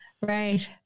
Right